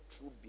true